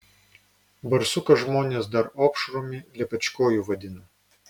barsuką žmonės dar opšrumi lepečkoju vadina